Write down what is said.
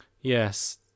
Yes